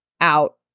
out